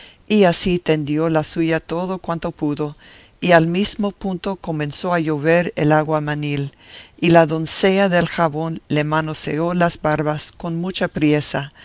y así tendió la suya todo cuanto pudo y al mismo punto comenzó a llover el aguamanil y la doncella del jabón le manoseó las barbas con mucha priesa